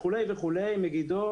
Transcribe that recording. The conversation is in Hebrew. כך לגבי מגידו